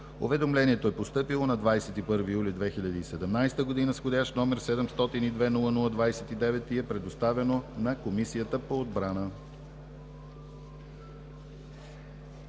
Уведомлението е постъпило на 21 юли 2017 г., вх. № 702-00-29, и е предоставено на Комисията по отбрана.